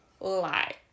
lie